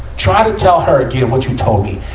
try to tell her again what you told me.